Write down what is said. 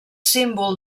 símbol